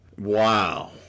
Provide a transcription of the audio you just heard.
Wow